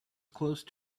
close